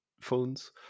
phones